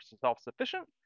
self-sufficient